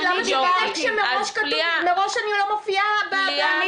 למה שאני אגש כשמראש אני לא מופיעה בקריטריונים?